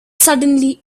suddenly